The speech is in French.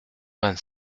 vingt